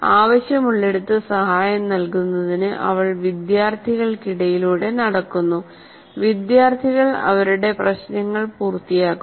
ആവശ്യമുള്ളിടത്ത് സഹായം നൽകുന്നതിന് അവൾ വിദ്യാർത്ഥികൾക്കിടയിലൂടെ നടക്കുന്നു വിദ്യാർത്ഥികൾ അവരുടെ പ്രശ്നങ്ങൾ പൂർത്തിയാക്കുന്നു